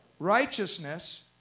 Righteousness